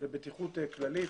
ובטיחות כללית.